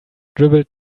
dribbled